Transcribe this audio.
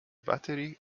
batterie